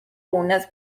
unas